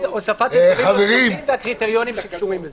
הוספת אזורים נוספים והקריטריונים שקשורים לזה.